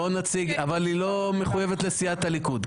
אבל היא לא מחויבת לסיעת הליכוד.